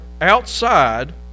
outside